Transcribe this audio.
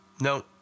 no